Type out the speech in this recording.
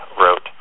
wrote